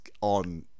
on